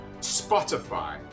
Spotify